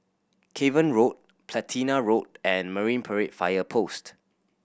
Cavan Road Platina Road and Marine Parade Fire Post